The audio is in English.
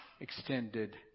extended